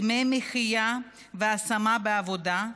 דמי מחיה והעצמה בעבודה,